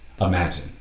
Imagine